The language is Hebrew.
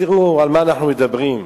תראו על מה אנחנו מדברים.